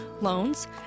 loans